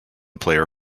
player